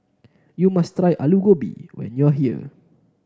you must try Alu Gobi when you are here